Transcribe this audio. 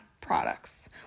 products